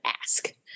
ask